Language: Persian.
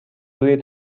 روی